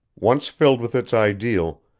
once filled with its ideal,